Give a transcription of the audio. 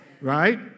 right